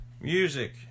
Music